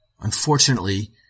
Unfortunately